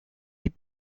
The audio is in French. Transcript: est